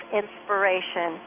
inspiration